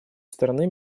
стороны